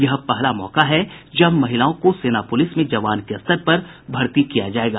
यह पहला मौका है जब महिलाओं को सेना पुलिस में जवान के स्तर पर भर्ती किया जायेगा